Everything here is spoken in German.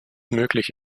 möglich